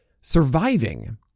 surviving